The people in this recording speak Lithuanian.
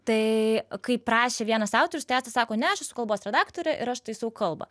tai kaip rašė vienas autorius tai asta sako ne aš esu kalbos redaktorė ir aš taisau kalbą